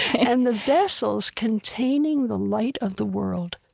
and the vessels containing the light of the world,